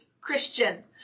Christian